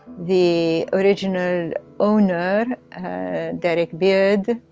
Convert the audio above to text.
the original owner derrick beard